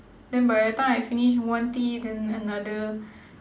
then by the time I finish one tea then another